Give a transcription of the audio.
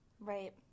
Right